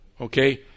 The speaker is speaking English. okay